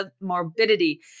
morbidity